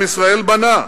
עם ישראל בנה.